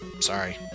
Sorry